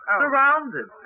surrounded